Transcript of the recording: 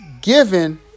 given